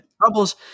Troubles